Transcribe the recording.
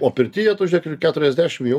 o pirtyje tai žiūrėk ir keturiasdešim jau